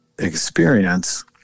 experience